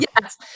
Yes